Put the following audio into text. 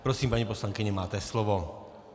Prosím, paní poslankyně, máte slovo.